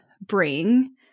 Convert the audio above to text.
bring